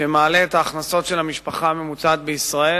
שמעלה את ההכנסות של המשפחה הממוצעת בישראל